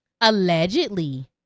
allegedly